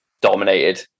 dominated